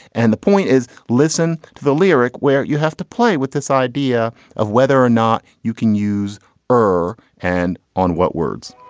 and the point is, listen to the lyric where you have to play with this idea of whether or not you can use her and on what words